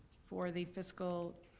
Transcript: for the fiscal,